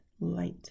light